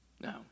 no